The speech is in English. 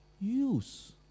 use